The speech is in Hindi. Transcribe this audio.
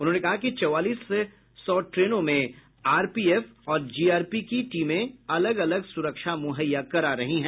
उन्होंने कहा कि चौवालीस सौ ट्रेनों में आरपीएफ और जीआरपी की टीमें अलग अलग सुरक्षा मुहैया करा रही है